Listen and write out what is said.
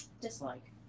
dislike